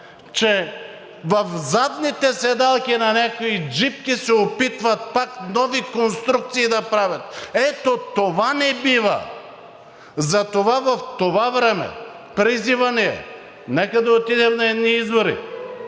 че в задните седалки на някои джипки се опитват пак нови конструкции да правят. Ето това не бива! Затова в това време призивът ни е: нека да отидем на едни избори,